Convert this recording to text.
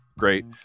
great